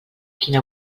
quina